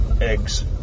eggs